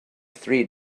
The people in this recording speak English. three